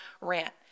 rant